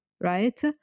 right